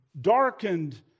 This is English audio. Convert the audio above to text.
darkened